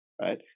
right